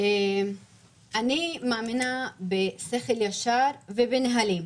אני מאמינה בשכל ישר ובנהלים.